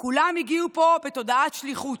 כולם הגיעו פה בתודעת שליחות.